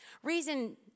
Reason